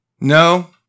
no